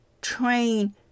train